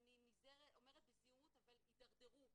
אני אומרת בזהירות, הידרדרו.